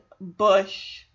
Bush